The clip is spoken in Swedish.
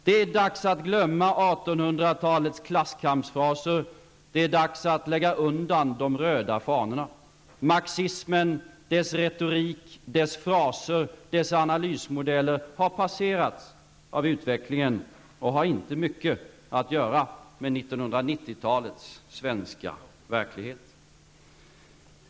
Det är dags att glömma 1800-talets klasskampsfraser; det är dags att lägga undan de röda fanorna. Marxismen och dess retorik, dess fraser och dess analysmodeller har passerats av utvecklingen och har inte mycket att göra med 1990-talets svenska verklighet.